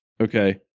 Okay